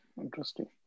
interesting